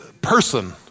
person